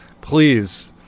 please